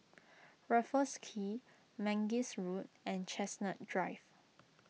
Raffles Quay Mangis Road and Chestnut Drive